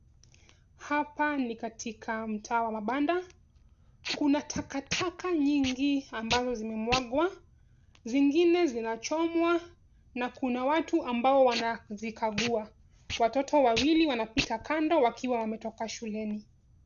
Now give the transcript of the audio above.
Hapa ni katika mtaa wa mabanda. Kuna takataka nyingi ambazo zimemwagwa, zingine zinachomwa na kuna watu ambao wanazikagua. Watoto wawili wanapita kando wakiwa wanayoka shuleni.